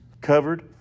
covered